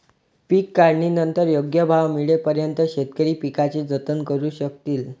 पीक काढणीनंतर योग्य भाव मिळेपर्यंत शेतकरी पिकाचे जतन करू शकतील